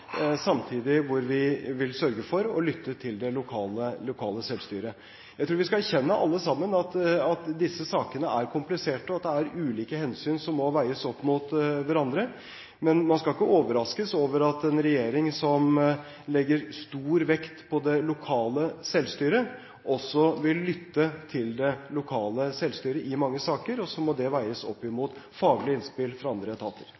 samtidig som vi vil sørge for å lytte til det lokale selvstyret. Jeg tror vi skal erkjenne alle sammen at disse sakene er kompliserte, og at det er ulike hensyn som må veies opp mot hverandre, men man skal ikke overraskes over at en regjering som legger stor vekt på det lokale selvstyret, også vil lytte til det lokale selvstyret i mange saker. Så må det veies opp imot faglige innspill fra andre etater.